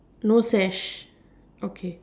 no sash okay